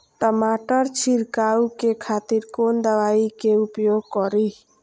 टमाटर छीरकाउ के खातिर कोन दवाई के उपयोग करी?